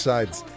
Sides